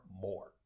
more